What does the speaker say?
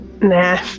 Nah